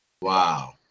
Wow